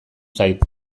zait